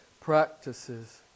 practices